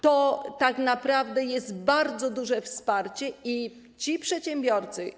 To tak naprawdę jest bardzo duże wsparcie i ci przedsiębiorcy.